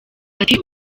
ati